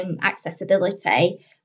accessibility